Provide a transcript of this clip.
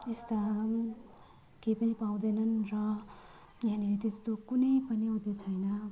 यस्ताहरू केही पनि पाउँदैनन् र यहाँनिर त्यस्तो कुनै पनि उ त्यो छैन